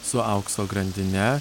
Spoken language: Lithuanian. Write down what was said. su aukso grandine